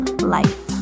life